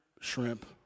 shrimp